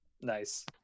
Nice